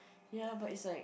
ya but it's like